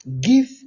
give